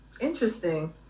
Interesting